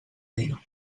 dia